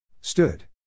Stood